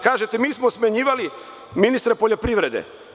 Kažete – mi smo smenjivali ministre poljoprivrede.